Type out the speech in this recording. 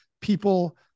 people